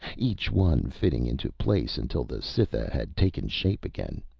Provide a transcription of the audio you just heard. each one fitting into place until the cytha had taken shape again.